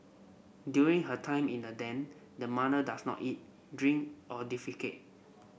during her time in the den the mother does not eat drink or defecate